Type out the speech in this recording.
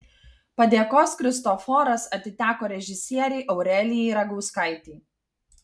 padėkos kristoforas atiteko režisierei aurelijai ragauskaitei